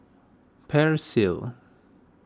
Persil